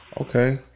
Okay